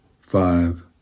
five